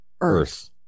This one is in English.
Earth